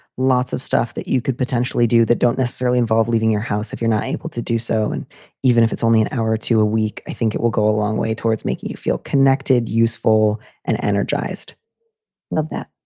lots of stuff that you could potentially do that don't necessarily involve leaving your house if you're not able to do so. and even if it's only an hour or two a week, i think it will go a long way towards making you feel connected, useful and energized love that.